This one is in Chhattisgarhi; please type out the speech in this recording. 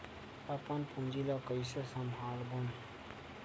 अपन पूंजी ला कइसे संभालबोन?